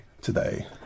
today